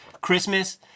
Christmas